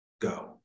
go